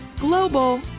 global